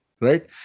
Right